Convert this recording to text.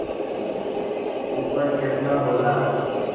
उपज केतना होला?